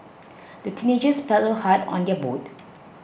the teenagers paddled hard on their boat